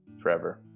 forever